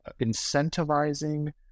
incentivizing